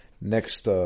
next